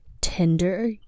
Tinder